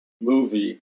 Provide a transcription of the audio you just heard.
movie